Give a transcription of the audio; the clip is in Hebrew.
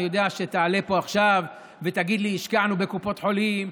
אני יודע שתעלה לפה עכשיו ותגיד לי: השקענו בקופות חולים,